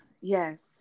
Yes